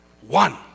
One